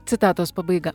citatos pabaiga